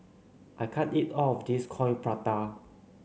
I can't eat all of this Coin Prata